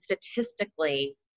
statistically